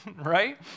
right